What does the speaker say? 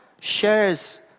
shares